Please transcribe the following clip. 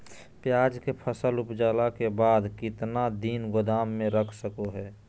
प्याज के फसल उपजला के बाद कितना दिन गोदाम में रख सको हय?